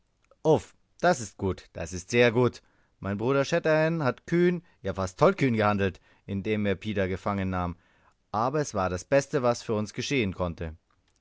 das ist gut das ist sehr gut mein bruder shatterhand hat kühn ja fast tollkühn gehandelt indem er pida gefangen nahm aber es war das beste was für uns geschehen konnte